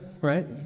right